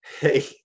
Hey